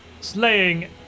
slaying